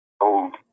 old